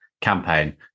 campaign